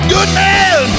Goodman